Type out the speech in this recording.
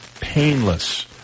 painless